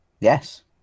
yes